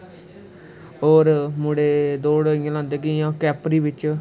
होर मुडे दौड़ इ'यां लांदे जि'यां कैपरी बिच्च